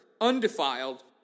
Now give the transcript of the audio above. undefiled